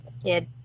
kid